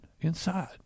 inside